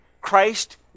Christ